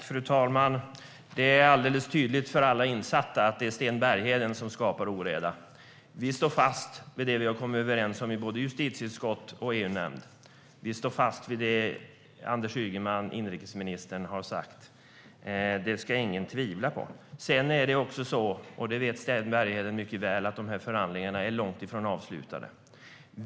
Fru talman! Det är alldeles tydligt för alla insatta att det är Sten Bergheden som skapar oreda. Vi står fast vid vad vi har kommit överens om i justitieutskottet och i EU-nämnden. Vi står fast vid det inrikesminister Anders Ygeman har sagt. Det råder inget tvivel om det. Sten Bergheden vet mycket väl att dessa förhandlingar är långt ifrån avslutade.